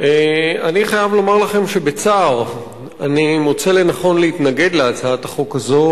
אני חייב לומר לכם שבצער אני מוצא לנכון להתנגד להצעת החוק הזו,